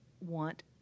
want